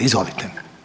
Izvolite.